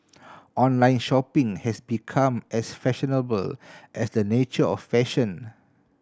online shopping has become as fashionable as the nature of fashion